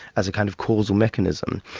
as a kind of causal mechanism,